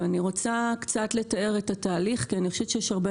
ואני רוצה קצת לתאר את התהליך כי אני חושבת שיש הרבה